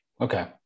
Okay